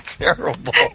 terrible